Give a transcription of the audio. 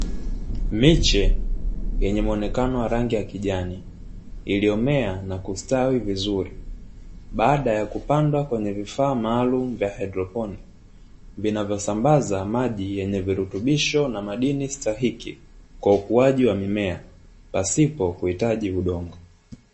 Miche yenye muonekano wa rangi ya kijani, iliyomea na kustawi vizuri, baada ya kupandwa kwenye vifaa maalumu vya haidroponi; vinavyosambaza maji yenye virutubisho na madini stahiki kwa ukuaji wa mimea pasipo kuhitaji udongo.